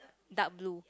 dark blue